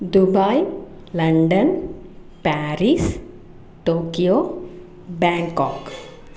Dubai London Paris Tokyo Bangkok